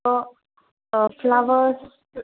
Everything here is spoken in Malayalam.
അപ്പോൾ ഫ്ളവേഴ്സ്